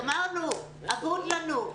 גמרנו, אבוד לנו.